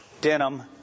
denim